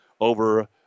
over